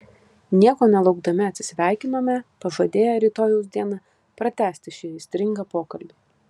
nieko nelaukdami atsisveikinome pažadėję rytojaus dieną pratęsti šį aistringą pokalbį